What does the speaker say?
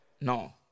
no